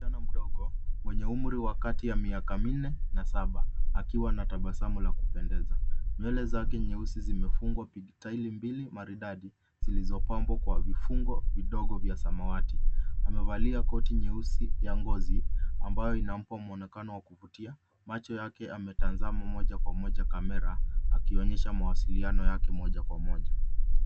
Msichana mdogo mwenye umri wa kati ya miaka minne na saba akiwa na tabasamu la kupendeza. Nywele zake nyeusi zimefungwa tairi mbili maridadi; zilizopambwa kwa vifungo vidogo vya samawati. Amevalia koti nyeusi ya ngozi ambayo inampa muonekano wa kuvutia. Macho yake ametazama moja kwa moja kamera, akionyesha mawasiliano yake moja kwa...